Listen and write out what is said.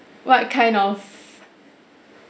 what kind of